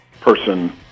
person